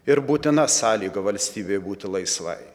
ir būtina sąlyga valstybei būti laisvai